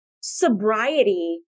sobriety